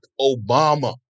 Obama